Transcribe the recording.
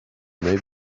may